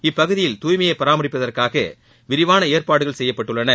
இப்பகுதியில் தூய்மையை பராமரிப்பதற்காக விரிவான ஏற்பாடகள் செய்யப்பட்டுள்ளன